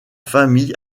famille